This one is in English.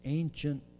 ancient